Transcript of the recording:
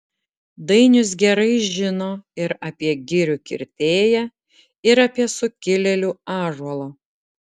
dainius gerai žino ir apie girių kirtėją ir apie sukilėlių ąžuolą